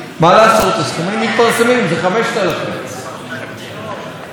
זה 5,000. אני חייב לומר לך,